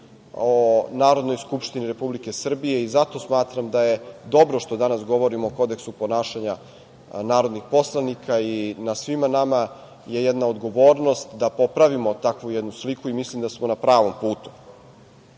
o Narodnoj skupštini Republike Srbije i zato smatram da je dobro što danas govorimo o kodeksu ponašanja narodnih poslanika i na svima nama je jedna odgovornost da popravimo takvu jednu sliku i mislim da smo na pravom